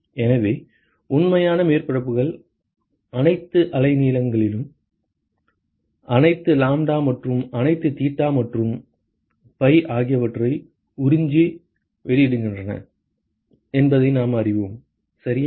எனவே உண்மையான மேற்பரப்புகள் அனைத்து அலைநீளங்களிலும் அனைத்து லாம்ப்டா மற்றும் அனைத்து தீட்டா மற்றும் ஃபை ஆகியவற்றை உறிஞ்சி வெளியிடுகின்றன என்பதை நாம் அறிவோம் சரியா